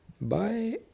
Bye